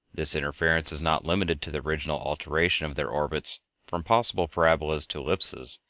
this interference is not limited to the original alteration of their orbits from possible parabolas to ellipses,